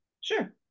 Sure